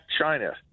China